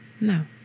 No